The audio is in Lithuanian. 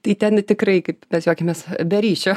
tai ten tikrai kaip mes juokiamės be ryšio